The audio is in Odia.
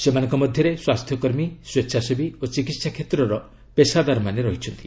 ସେମାନଙ୍କ ମଧ୍ୟରେ ସ୍ୱାସ୍ଥ୍ୟକର୍ମୀ ସ୍କେଚ୍ଛାସେବୀ ଓ ଚିକିତ୍ସା କ୍ଷେତ୍ର ପେଶାଦାରମାନେ ରହିଛନ୍ତି